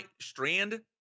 Strand